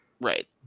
Right